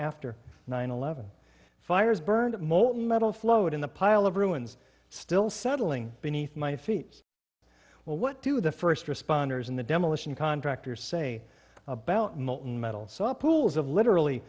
after nine eleven fires burned molten metal flowed in the pile of ruins still settling beneath my feet well what do the first responders in the demolition contractors say about molten metal saw pools of literally